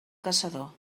caçador